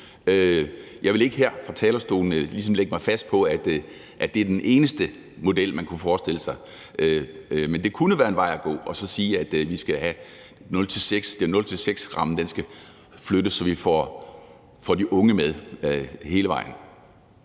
Jeg vil ikke her fra talerstolen ligesom lægge mig fast på, at det er den eneste model, som man kunne forestille sig. Men det kunne være en vej at gå at sige, at rammen for de 0-6-årige skal flyttes, så vi får de unge med hele vejen.